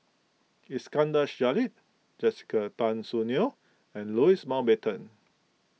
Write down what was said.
Iskandar Jalil Jessica Tan Soon Neo and Louis Mountbatten